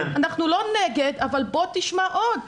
אנחנו לא נגד אבל בוא תשמע עוד.